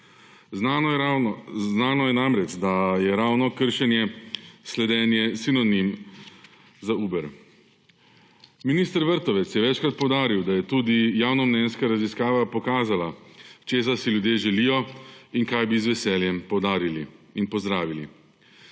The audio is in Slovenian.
Znano je namreč, da je ravno kršenje slednje sinonim za Uber. Minister Vrtovec je večkrat poudaril, da je tudi javnomnenjska raziskava pokazala, česa si ljudje želijo in kaj bi z veseljem pozdravili.